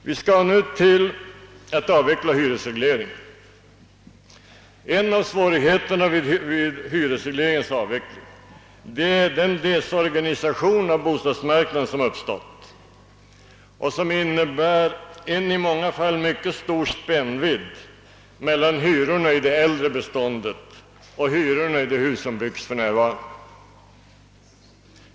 Vi ämnar nu avveckla hyresregleringen. En av svårigheterna därvidlag är den desorganisation av bostadsmarknaden som har uppstått och som innebär en i många fall mycket stor spännvidd mellan hyrorna i det äldre beståndet och hyrorna i de hus som byggs för närvarande.